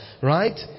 right